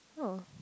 oh